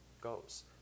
goes